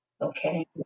Okay